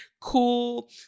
cool